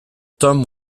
tom